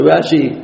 Rashi